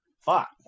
fuck